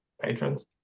patrons